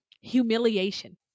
humiliation